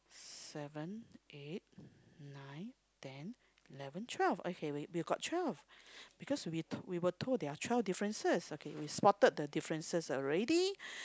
seven eight nine ten eleven twelve okay wait we got twelve because we told we were told there are twelve differences okay we spotted the differences already